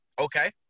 Okay